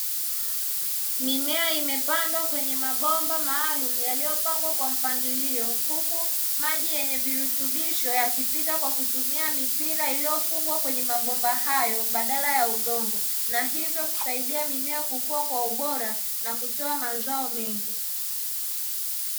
Mimea imepandwa kwenye mabomba maalumu yaliyopangwa kwa mpangilio huku maji yenye vilutubisho yakipita kwa kutumia mipira iliyofungwa kwenye mabomba hayo, badala ya udongo na hivyo kusaidia mimea kukua kwa ubora na kutoa mazao mengi .